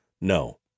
No